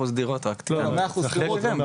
100% שכירות.